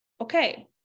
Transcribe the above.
okay